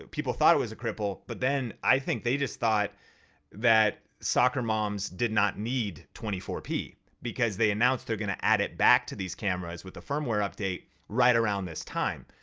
people thought it was a cripple but then i think they just thought that soccer moms did not need twenty four p because they announced they're gonna add it back to these cameras with the firmware update right around this time.